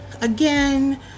Again